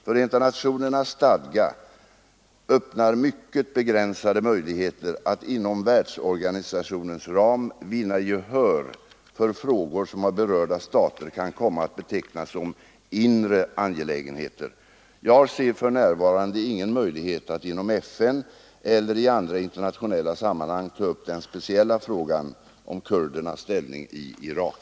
Förenta nationernas stadga öppnar mycket begränsade möjligheter att inom världsorganisationens ram vinna gehör för frågor som av berörda stater kan komma att betecknas som inre angelägenheter. Jag ser för närvarande ingen möjlighet att inom FN eller i andra internationella sammanhang ta upp den speciella frågan om kurdernas ställning i Irak.